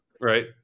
right